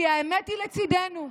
כי האמת היא לצידנו.